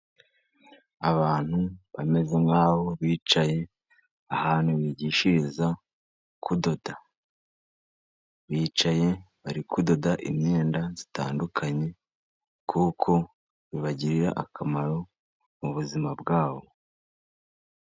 Abantu bameze nk'aho bicaye, ahantu bigishiriza kudoda, bicaye bari kudoda imyenda itandukanye, kuko bibagirira akamaro mu buzima bwa bo.